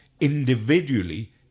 individually